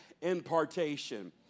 impartation